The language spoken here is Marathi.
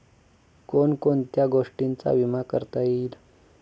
कोण कोणत्या गोष्टींचा विमा करता येईल?